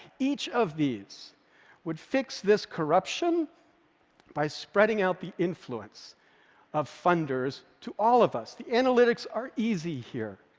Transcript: each of these would fix this corruption by spreading out the influence of funders to all of us. the analytics are easy here.